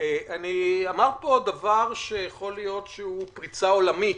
אמרת פה דבר שיכול להיות שהוא פריצה עולמית.